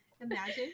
Imagine